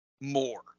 more